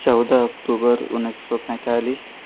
چودہ اکتوبر انیس سو پینتالیس